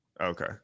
Okay